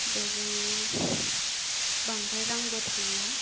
बेजोंनो बांद्राय रांबो थांला